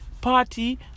party